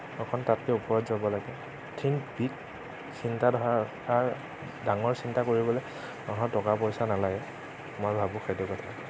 অকণ তাতকৈ ওপৰত যাব লাগে থিংক বিগ চিন্তাধাৰাৰ ডাঙৰ চিন্তা কৰিবলৈ মানুহৰ টকা পইচা নালাগে মই ভাবোঁ সেইটো কথা